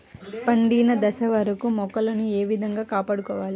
పండిన దశ వరకు మొక్కలను ఏ విధంగా కాపాడుకోవాలి?